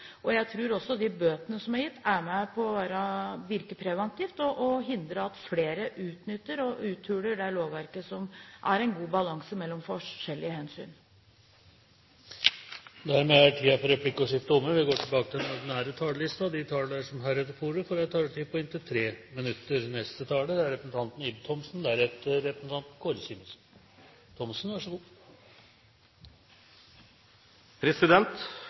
Jeg tror også de bøtene som er gitt, har vært med på å virke preventivt og hindre at flere utnytter og uthuler det lovverket, som er en god balanse mellom forskjellige hensyn. Dermed er replikkordskiftet omme. De talere som heretter får ordet, får en taletid på inntil 3 minutter. Du vet du bor i et land som styres av de rød-grønne, når høyeste tillatte hastighet på en motorvei er